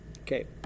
Okay